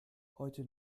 heute